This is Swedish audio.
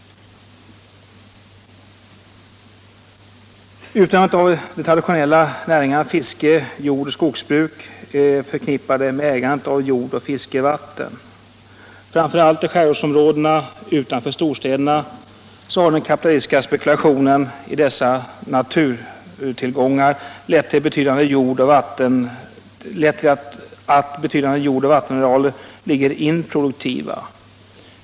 Utövandet av de traditionella näringarna fiske, jordoch skogsbruk är förknippat med ägandet av jord och fiskevatten. Framför allt i skärgårdsområdena utanför storstäderna har den kapitalistiska spekulationen i dessa naturtillgångar lett till att betydande jordoch vattenarealer ligger improduktiva.